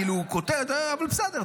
כאילו כותרת, אבל בסדר.